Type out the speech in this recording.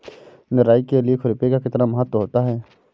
निराई के लिए खुरपी का कितना महत्व होता है?